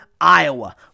Iowa